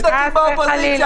יש סדקים באופוזיציה.